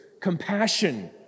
compassion